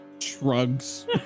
shrugs